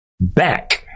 back